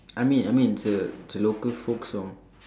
I mean I mean it's a it's a local folk song